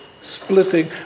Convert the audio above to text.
splitting